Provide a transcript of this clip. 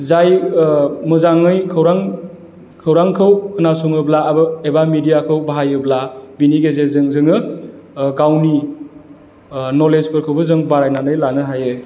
जाय मोजाङै खौरां खौरांखौ खोनासङोब्ला आरो एबा मिडियाखौ बाहायोब्ला बिनि गेजेरजों जोङो गावनि नलेजफोरखौबो जों बारायनानै लानो हायो